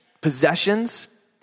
possessions